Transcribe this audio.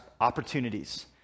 opportunities